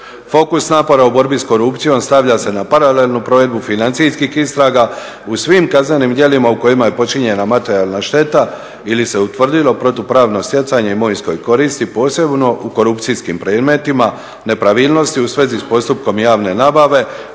Fokus napora u borbi s korupcijom stavlja se na paralelnu provedbu financijskih istraga u svim kaznenim djelima u kojima je počinjena materijalna šteta ili se utvrdilo protupravno stjecanje imovinske koristi, posebno u korupcijskim predmetima, nepravilnosti u svezi s postupkom javne nabave,